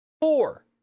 four